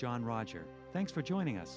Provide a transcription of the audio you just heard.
john rogers thanks for joining us